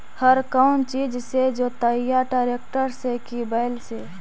हर कौन चीज से जोतइयै टरेकटर से कि बैल से?